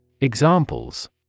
Examples